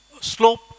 slope